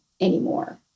anymore